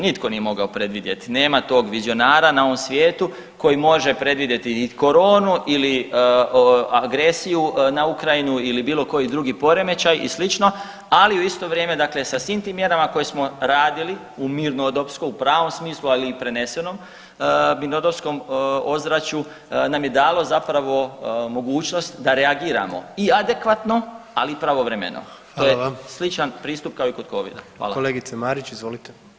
Nitko nije mogao predvidjeti, nema tog vizionara na ovom svijetu koji može predvidjeti i koronu ili agresiju na Ukrajinu ili bilo koji drugi poremećaj i slično, ali u isto vrijeme dakle sa svim tim mjerama koje radili u mirnodopsko u pravom smislu, ali i preneseno mirnodopsko ozračju nam je dalo zapravo mogućnost da reagiramo i adekvatno, ali i pravovremeno [[Upadica: Hvala vam.]] to je sličan pristup kao i kod Covida.